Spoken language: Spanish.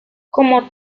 como